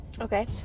okay